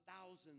thousands